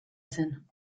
zen